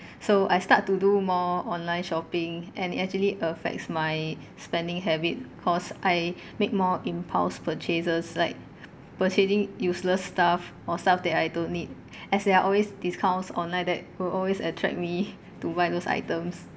so I start to do more online shopping and it actually affects my spending habit because I make more impulse purchases like purchasing useless stuff or stuff that I don't need as there are always discounts online that will always attract me to buy those items